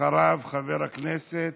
אחריו, חבר הכנסת